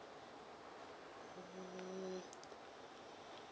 mm